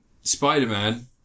Spider-Man